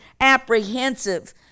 apprehensive